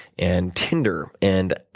and tinder, and,